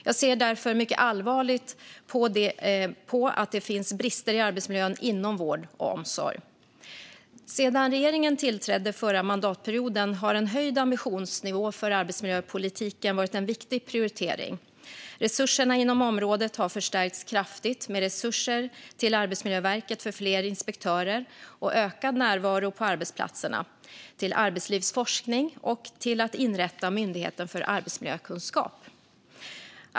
Jag ser därför mycket allvarligt på att det finns brister i arbetsmiljön inom vård och omsorg. Sedan regeringen tillträdde förra mandatperioden har en höjd ambitionsnivå för arbetsmiljöpolitiken varit en viktig prioritering. Resurserna inom området har förstärkts kraftigt, med resurser till Arbetsmiljöverket för fler inspektörer och ökad närvaro på arbetsplatserna, till arbetslivsforskning och till att inrätta Myndigheten för arbetsmiljökunskap.